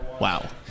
Wow